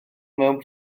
mewn